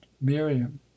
miriam